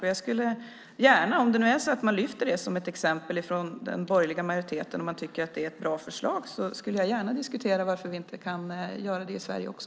Om man lyfter fram det som ett exempel från den borgerliga majoritetens sida och tycker att det är ett bra förslag skulle jag gärna diskutera varför vi inte kan göra så i Sverige också.